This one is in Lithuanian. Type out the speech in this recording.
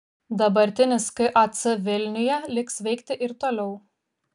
dabartinis kac vilniuje liks veikti ir toliau